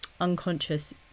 unconscious